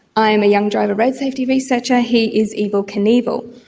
i am a young driver road safety research, ah he is evel knievel.